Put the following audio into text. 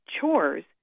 chores